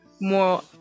more